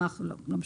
לא.